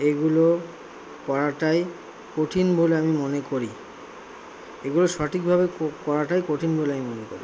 এগুলো করাটাই কঠিন বলে আমি মনে করি এগুলো সঠিকভাবে করাটাই কঠিন বলে আমি মনে করি